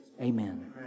Amen